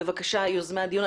בבקשה, יוזמי הדיון.